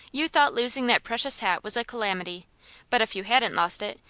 you thought losing that precious hat was a calamity but if you hadn't lost it,